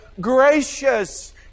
gracious